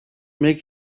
make